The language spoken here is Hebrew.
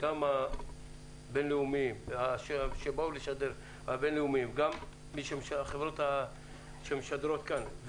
גם הבין-לאומיים שבאו לשדר, החברות שמשדרות כאן.